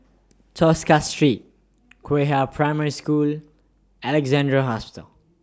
Tosca Street Qihua Primary School Alexandra Hospital